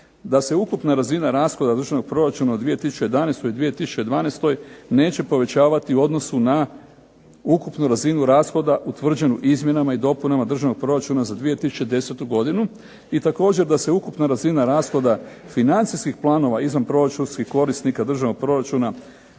da se ukupna razina rashoda državnog proračuna u 2011. i 2012. neće povećavati u odnosu na ukupnu razinu rashoda utvrđenu izmjenama i dopunama državnog proračuna za 2010. godinu, i također da se ukupna razina rashoda financijskih planova izvanproračunskih korisnika državnog proračuna